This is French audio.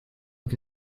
que